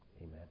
Amen